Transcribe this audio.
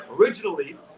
Originally